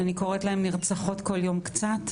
אני קוראת להם נרצחות כל יום קצת.